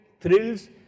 thrills